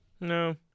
No